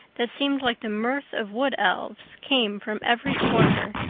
that seemed like the mirth of wood elves, came from every quarter.